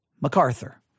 macarthur